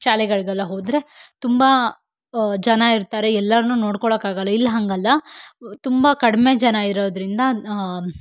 ಶಾಲೆಗಳಿಗೆಲ್ಲ ಹೋದರೆ ತುಂಬ ಜನ ಇರ್ತಾರೆ ಎಲ್ಲರ್ನು ನೋಡ್ಕೊಳ್ಳೋಕ್ಕಾಗಲ್ಲ ಇಲ್ಲಿ ಹಾಗಲ್ಲ ತುಂಬ ಕಡಿಮೆ ಜನ ಇರೋದ್ರಿಂದ